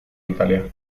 italia